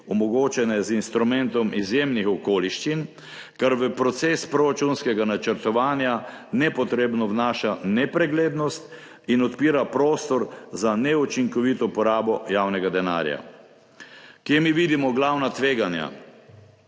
omogočene z instrumentom izjemnih okoliščin, kar v proces proračunskega načrtovanja nepotrebno vnaša nepreglednost in odpira prostor za neučinkovito porabo javnega denarja. Kje mi vidimo glavna tveganja?